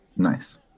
nice